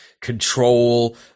control